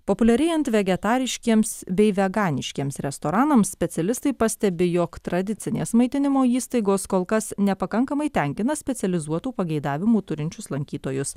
populiarėjant vegetariškiems bei veganiškiems restoranams specialistai pastebi jog tradicinės maitinimo įstaigos kol kas nepakankamai tenkina specializuotų pageidavimų turinčius lankytojus